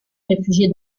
réfugié